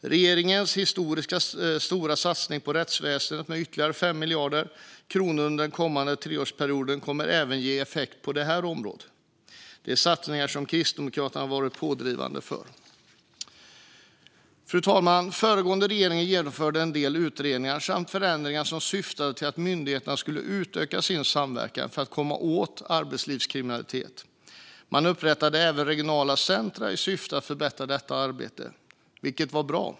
Regeringens historiskt stora satsningar på rättsväsendet med ytterligare 5 miljarder kronor under den kommande treårsperioden kommer att ge effekt även på det här området. Det är satsningar som Kristdemokraterna har varit pådrivande för. Fru talman! Föregående regering genomförde en del utredningar samt förändringar som syftade till att myndigheterna skulle utöka sin samverkan för att komma åt arbetslivskriminalitet. Man upprättade även regionala centrum i syfte att förbättra detta arbete, vilket var bra.